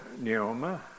Neoma